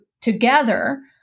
together